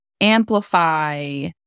amplify